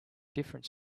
different